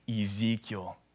Ezekiel